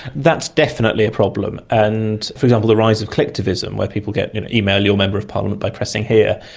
that's definitely a problem and, for example, the rise of clicktavism, where people get you know email your member of parliament by pressing here,